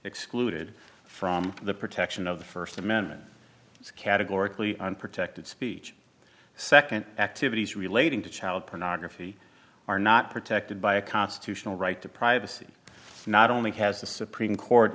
excluded from the protection of the st amendment categorically protected speech nd activities relating to child pornography are not protected by a constitutional right to privacy not only has the supreme court